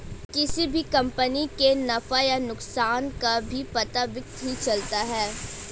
किसी भी कम्पनी के नफ़ा या नुकसान का भी पता वित्त ही चलता है